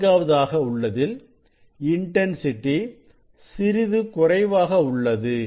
நான்காவதாக உள்ளதில் இன்டன்சிட்டி சிறிது குறைவாக உள்ளது